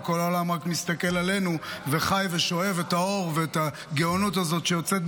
וכל העולם רק מסתכל עלינו וחי ושואב את האור ואת הגאונות הזאת שיוצאת,